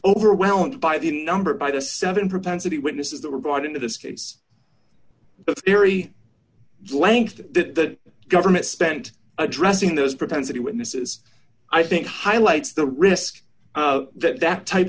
overwhelmed by the number by the seven propensity witnesses that were brought into this case it's very blank that government spent addressing those propensity witnesses i think highlights the risk that that type